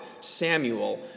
Samuel